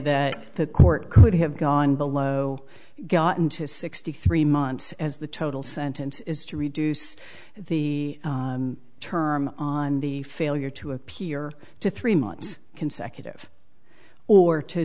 that the court could have gone below gotten to sixty three months as the total sentence is to reduce the term on the failure to appear to three months consecutive or to